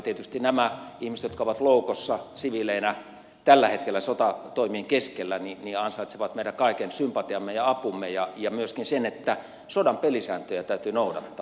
tietysti nämä ihmiset jotka ovat loukossa siviileinä tällä hetkellä sotatoimien keskellä ansaitsevat meidän kaiken sympatiamme ja apumme ja myöskin sen että sodan pelisääntöjä täytyy noudattaa